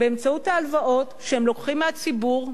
באמצעות ההלוואות שהם לוקחים מהציבור,